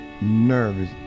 nervous